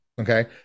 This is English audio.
okay